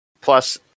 Plus